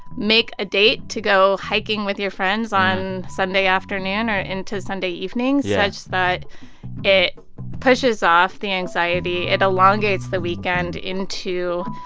make a date to go hiking with your friends on sunday afternoon or into sunday evening. yeah. such that it pushes off the anxiety, it elongates the weekend into.